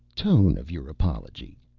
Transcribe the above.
tone of your apology.